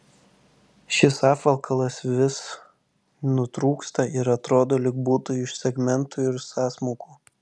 šis apvalkalas vis nutrūksta ir atrodo lyg būtų iš segmentų ir sąsmaukų